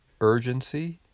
urgency